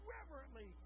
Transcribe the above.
Reverently